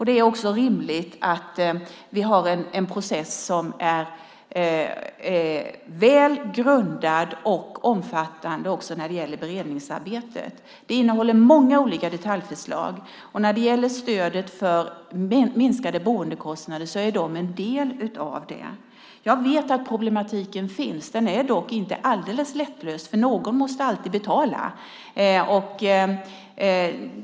Det är också rimligt att vi har en process som är väl grundad och omfattande också när det gäller beredningsarbetet. Det innehåller många olika detaljförslag. Stödet för minskade boendekostnader är en del av detta. Jag vet att problematiken finns. Den är dock inte alldeles lättlöst, för någon måste alltid betala.